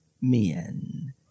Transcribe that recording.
men